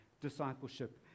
discipleship